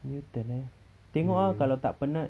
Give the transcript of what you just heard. newton eh tengok ah kalau tak penat